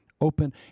open